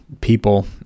people